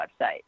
website